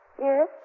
Yes